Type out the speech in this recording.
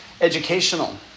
educational